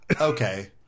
Okay